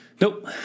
Nope